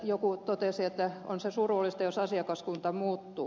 joku totesi että on se surullista jos asiakaskunta muuttuu